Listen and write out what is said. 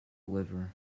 liver